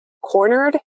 cornered